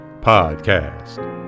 Podcast